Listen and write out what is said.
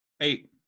Eight